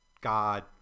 god